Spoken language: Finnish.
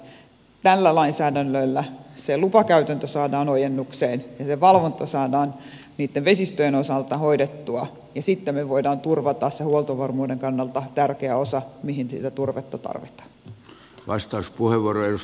uskon että tällä lainsäädännöllä se lupakäytäntö saadaan ojennukseen ja se valvonta saadaan niitten vesistöjen osalta hoidettua ja sitten me voimme turvata sen huoltovarmuuden kannalta tärkeän osan mihin sitä turvetta tarvitaan